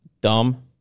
dumb